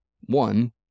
one